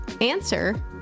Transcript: answer